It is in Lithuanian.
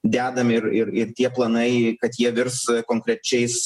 dedam ir ir ir tie planai kad jie virs konkrečiais